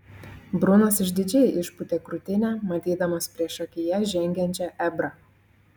brunas išdidžiai išpūtė krūtinę matydamas priešakyje žengiančią ebrą